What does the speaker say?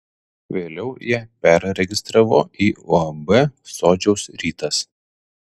vėliau ją perregistravo į uab sodžiaus rytas